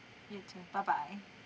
you too bye bye